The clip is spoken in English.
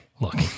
look